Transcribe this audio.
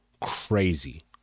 crazy